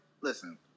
listen